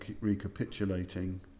recapitulating